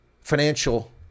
financial